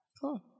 Cool